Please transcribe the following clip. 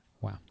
Wow